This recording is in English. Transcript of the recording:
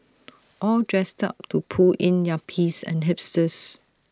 all dressed up to pull in yuppies and hipsters